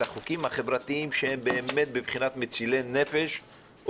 החוקים החברתיים שהם באמת בבחינת מצילי נפש,